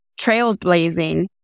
trailblazing